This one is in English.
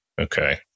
Okay